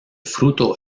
fruto